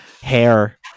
hair